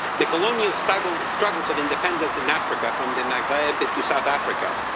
the colonial struggles struggles of independence in africa from the maghreb but to south africa,